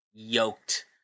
yoked